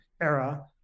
era